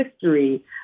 history